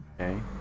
Okay